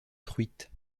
truites